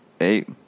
eight